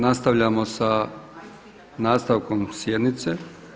Nastavljamo sa nastavkom sjednice.